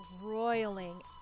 roiling